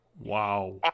wow